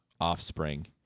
offspring